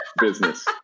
business